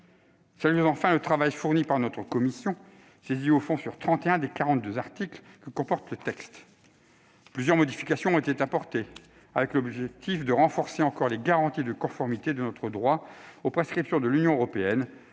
enfin le travail fourni par notre commission, saisie au fond sur trente et un des quarante-deux articles que comporte le texte. Plusieurs modifications ont été apportées, avec l'objectif de renforcer encore les garanties de conformité de notre droit aux prescriptions de l'Union européenne,